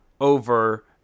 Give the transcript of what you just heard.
over